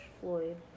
Floyd